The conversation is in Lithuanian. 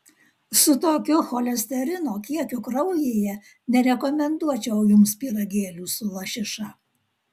su tokiu cholesterino kiekiu kraujyje nerekomenduočiau jums pyragėlių su lašiša